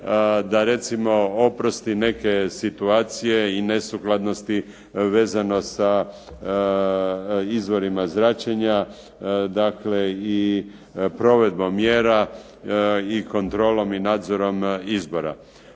da recimo oprosti neke situacije i nesukladnosti vezano sa izvorima zračenja, dakle i provedbom mjera i kontrolom i nadzorom izbora.